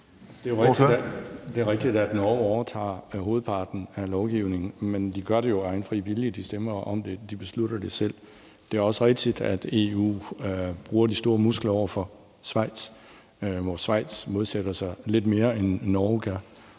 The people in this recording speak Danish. Det er rigtigt, at Norge overtager hovedparten af lovgivningen, men de gør det jo af egen fri vilje. De stemmer om det, og de beslutter det selv. Det er også rigtigt, at EU bruger de store muskler over for Schweiz, hvor Schweiz modsætter sig lidt mere, end Norge gør.